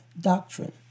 doctrine